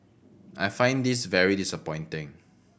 I find this very disappointing